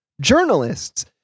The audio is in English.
Journalists